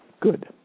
Good